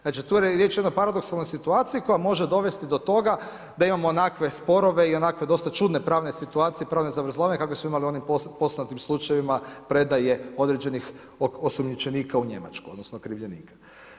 Znači, tu je riječ o jednoj paradoksalnoj situaciji koja može dovesti do toga da imamo onakve sporove i onakve dosta čudne pravne situacije, pravne zavrzlame kakove su imali u onim poznatim slučajevima predaje određenih osumnjičenika u Njemačku, odnosno okrivljenika.